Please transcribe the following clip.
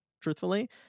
truthfully